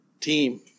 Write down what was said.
team